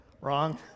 Wrong